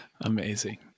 Amazing